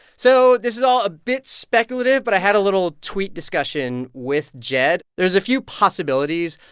so this is all a bit speculative, but i had a little tweet discussion with jed. there's a few possibilities.